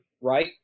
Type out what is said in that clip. right